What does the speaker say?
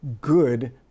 good